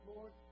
Lord